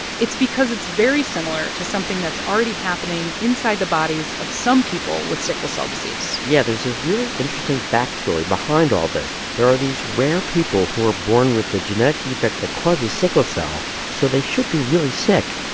it's because it's very similar to something that's already happening inside the bodies of some people with sickle cell disease yeah. there's this really interesting backstory behind all this. there are these rare people who are born with the genetic defect that causes sickle cell, so they should be really sick,